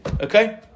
Okay